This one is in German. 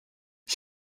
ich